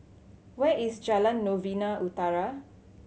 where is Jalan Novena Utara